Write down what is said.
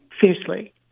fiercely